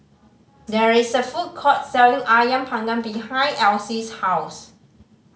there is a food court selling Ayam Panggang behind Elsie's house